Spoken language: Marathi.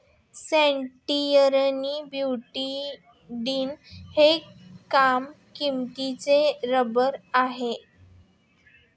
स्टायरीन ब्यूटाडीन हा कमी किंमतीचा रबर आहे